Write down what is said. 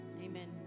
amen